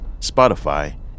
Spotify